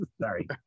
Sorry